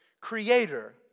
Creator